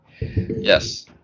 Yes